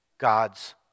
God's